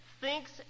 thinks